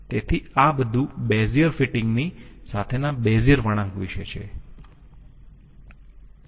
તેથી આ બધું બેઝિયર ફીટીંગ ની સાથેના બેઝિઅર વળાંક વિશે છે